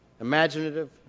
imaginative